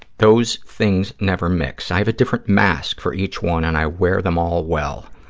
those things never mix. i have a different mask for each one and i wear them all well.